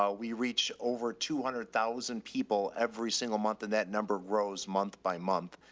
ah we reach over two hundred thousand people every single month, and that number rose month by month.